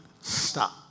stop